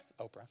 Oprah